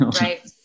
Right